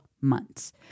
months